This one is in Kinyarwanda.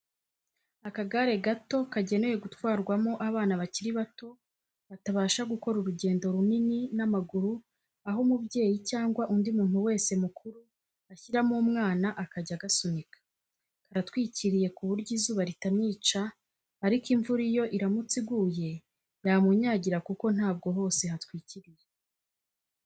Akagare gato kagenewe gutwarwamo abana bakiri bato, batabasha gukora urugendo runini n'amaguru aho umubyeyi cyangwa undi muntu wese mukuru ashyiramo umwana akajya agasunika. Karatwikiriye ku buryo izuba ritamwica ariko imvura yo iramutse iguye yamunyagira kuko ntabwo hose hatwikiriye.